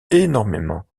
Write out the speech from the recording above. énormément